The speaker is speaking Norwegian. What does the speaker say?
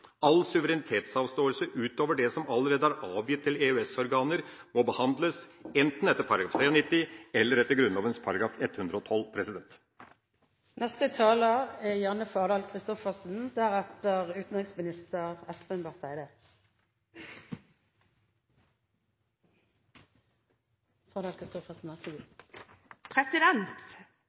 All suverenitetsavståelse utover det som allerede er avgitt til EØS-organer, må behandles enten etter § 93 eller etter Grunnloven § 112. Tilgangen til EUs indre marked er